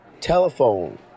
telephone